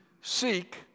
seek